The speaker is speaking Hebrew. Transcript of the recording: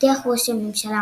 הבטיח ראש הממשלה